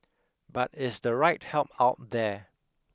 but is the right help out there